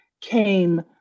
came